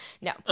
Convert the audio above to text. No